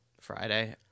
Friday